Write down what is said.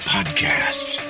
Podcast